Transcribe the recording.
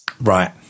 Right